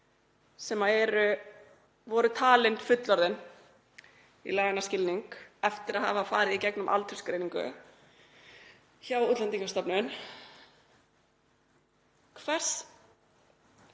sem voru taldir fullorðnir í laganna skilningi eftir að hafa farið í gegnum aldursgreiningu hjá Útlendingastofnun, hvernig